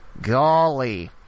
Golly